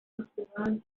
nationalen